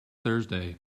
thursday